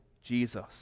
Jesus